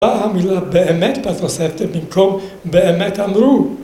באה המילה באמת בתוספת במקום באמת אמרו